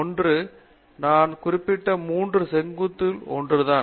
ஒன்று நான் முன்பு குறிப்பிடப்பட்ட 3 செங்குத்துகளுள் ஒன்றுதான்